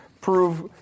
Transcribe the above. prove